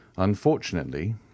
unfortunately